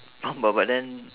but but but then